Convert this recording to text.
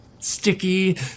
Sticky